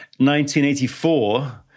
1984